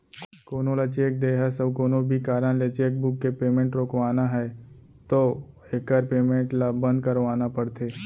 कोनो ल चेक दे हस अउ कोनो भी कारन ले चेकबूक के पेमेंट रोकवाना है तो एकर पेमेंट ल बंद करवाना परथे